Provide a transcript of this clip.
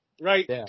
right